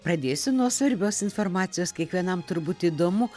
pradėsiu nuo svarbios informacijos kiekvienam turbūt įdomu